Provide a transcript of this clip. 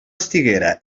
estiguera